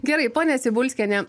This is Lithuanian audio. gerai ponia cibulskiene